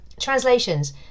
translations